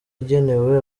igenewe